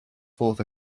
forth